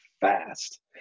fast